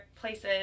places